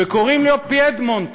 קוראים לו פידמונט,